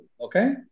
Okay